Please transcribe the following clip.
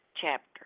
chapter